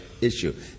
issue